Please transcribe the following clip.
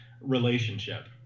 relationship